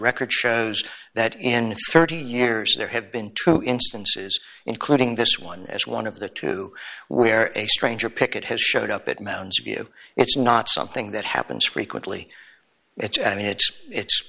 record shows that in thirty years there have been true instances including this one as one of the two where a stranger picket has showed up at mounds view it's not something that happens frequently it's i mean it